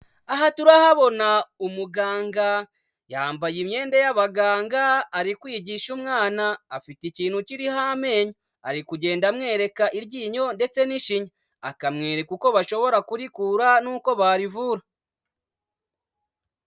Aha turahabona umuganga yambaye imyenda y'abaganga ari kwigisha umwana afite ikintu kiriho amenyo, ari kugenda amwereka iryinyo ndetse n'ishinya akamwereka uko bashobora kurikura nuko barivura.